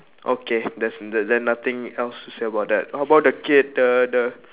okay that's it then then nothing else to say about that how about the kid the the